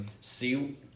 See